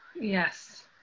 Yes